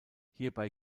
hierbei